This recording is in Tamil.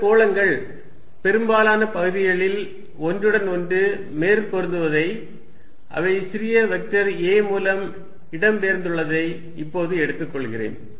இந்த கோளங்கள் பெரும்பாலான பகுதிகளில் ஒன்றுடன் ஒன்று மேற்பொருந்துவதை அவை சிறிய வெக்டர் a மூலம் இடம்பெயர்ந்துள்ளதை இப்போது எடுத்துக்கொள்கிறேன்